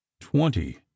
twenty